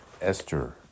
Esther